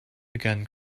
begin